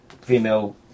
female